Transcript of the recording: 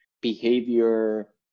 behavior